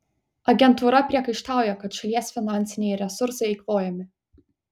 agentūra priekaištauja kad šalies finansiniai resursai eikvojami